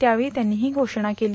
त्यावेळी त्यांनी ही घोषणा केली